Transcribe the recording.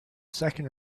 second